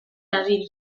dabil